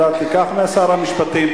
אתה תיקח משר המשפטים,